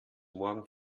morgen